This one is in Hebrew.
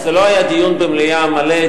זה לא היה דיון במליאה מלא,